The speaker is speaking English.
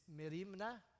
merimna